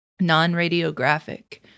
non-radiographic